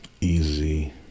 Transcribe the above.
easy